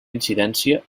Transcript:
incidència